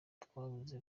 twabuze